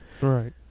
Right